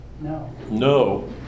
No